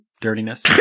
Dirtiness